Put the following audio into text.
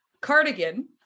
cardigan